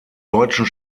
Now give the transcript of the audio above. deutschen